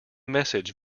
message